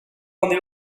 handi